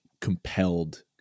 compelled